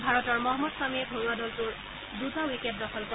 ভাৰতৰ মহমদ ছামিয়ে ঘৰুৱা দলটোৰ দুটা উইকেট দখল কৰে